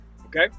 Okay